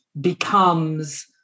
becomes